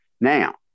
Now